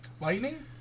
Lightning